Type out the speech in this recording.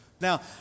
Now